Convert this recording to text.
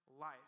life